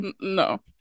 No